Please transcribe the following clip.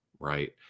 Right